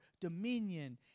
dominion